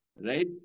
right